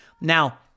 Now